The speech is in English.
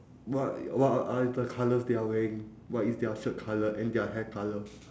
but y~ what are are the colours they are wearing what is their shirt colour and their hair colour